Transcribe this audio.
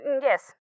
Yes